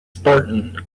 spartan